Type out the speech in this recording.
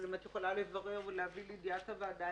אבל אם את יכולה לברר ולהביא לידיעת הוועדה,